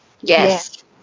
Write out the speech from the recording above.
Yes